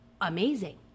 amazing